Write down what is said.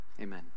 amen